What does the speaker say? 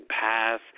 pass